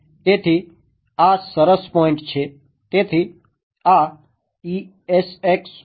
તેથી આ સરસ પોઈન્ટ છે